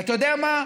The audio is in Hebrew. ואתה יודע מה,